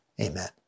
amen